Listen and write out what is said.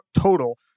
total